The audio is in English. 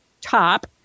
top